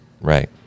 right